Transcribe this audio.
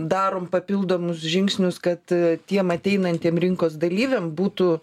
darom papildomus žingsnius kad tiem ateinantiem rinkos dalyviam būtų